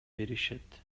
беришет